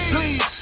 Please